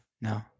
no